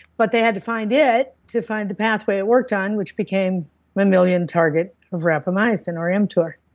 but they had to find it to find the pathway it worked on which became mammalian target of rapamycin, or mtor.